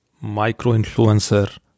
micro-influencer